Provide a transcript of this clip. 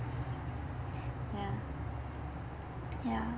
ya ya